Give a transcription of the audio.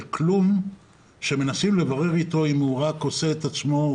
כלום כשמנסים לברר איתו אם הוא רק עושה את עצמו,